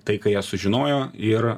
tai ką jie sužinojo ir